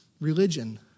religion